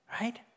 right